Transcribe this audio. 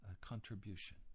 contribution